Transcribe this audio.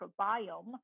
microbiome